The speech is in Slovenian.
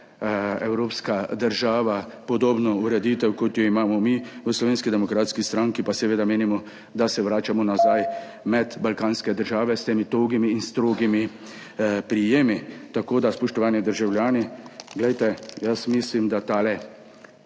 evropska država podobno ureditev, kot jo imamo mi. V Slovenski demokratski stranki pa seveda menimo, da se vračamo nazaj med balkanske države s temi togimi in strogimi prijemi. Spoštovani državljani, glejte, jaz mislim, da tale